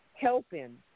helping